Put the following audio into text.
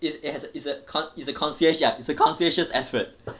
it it has it is it has a concien~ ya it's a conscientious effort